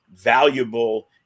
valuable